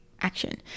action